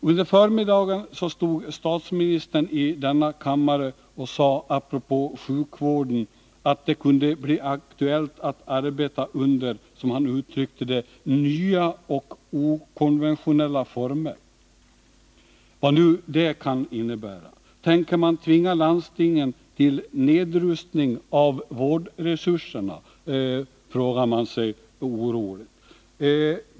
Under förmiddagen stod statsministern i denna kammare och sade apropå sjukvården att det kunde bli aktuellt att arbeta under, som han uttryckte det, nya och okonventionella former — vad nu det kan innebära. Tänker regeringen tvinga landstingen till nedrustning av vårdresurserna? frågar man sig oroligt.